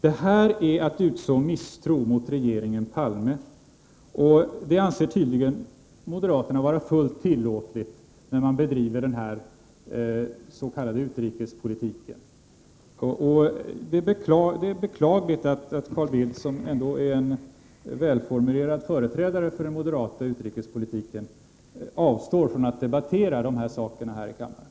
Detta är att utså misstro mot regeringen Palme. Det anser tydligen moderaterna vara fullt tillåtligt, när de bedriver denna s.k. utrikespolitik. Det är beklagligt att Carl Bildt, som ändå är en välformulerad företrädare för den moderata utrikespolitiken, avstår från att debattera dessa saker här i kammaren.